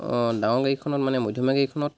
অঁ ডাঙৰ গাড়ীখনত মানে মধ্যমীয়া গাড়ীখনত